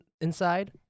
inside